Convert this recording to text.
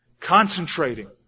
Concentrating